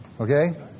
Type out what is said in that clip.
Okay